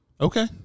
Okay